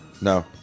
no